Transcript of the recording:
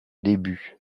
début